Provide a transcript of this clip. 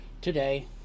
today